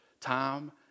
time